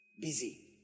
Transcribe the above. busy